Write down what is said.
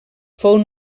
fou